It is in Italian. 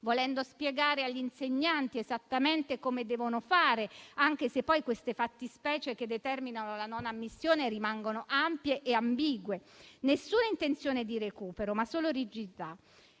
volendo spiegare agli insegnanti esattamente come devono fare, anche se poi le fattispecie che determinano la non ammissione rimangono ampie e ambigue. Nessuna intenzione di recupero, ma solo rigidità;